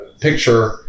picture